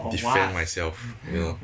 defend myself